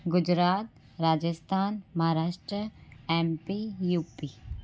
Gujarat Rajasthan Maharashtra MP UP